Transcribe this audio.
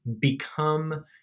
become